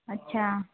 अच्छा